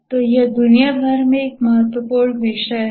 तो यह दुनिया भर में एक महत्वपूर्ण विषय है